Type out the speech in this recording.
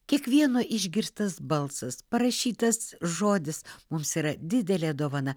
kiekvieno išgirstas balsas parašytas žodis mums yra didelė dovana